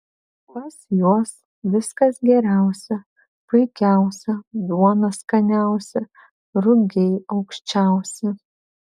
pas juos viskas geriausia puikiausia duona skaniausia rugiai aukščiausi